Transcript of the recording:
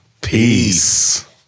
peace